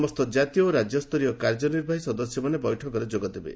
ସମସ୍ତ ଜାତୀୟ ଓ ରାଜ୍ୟସ୍ତରୀୟ କାର୍ଯ୍ୟନିର୍ବାହୀ ସଦସ୍ୟମାନେ ବୈଠକରେ ଯୋଗଦେବେ